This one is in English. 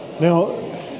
Now